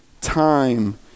time